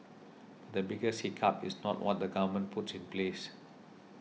but the biggest hiccup is not what the Government puts in place